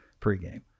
pregame